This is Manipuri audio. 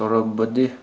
ꯇꯧꯔꯕꯗꯤ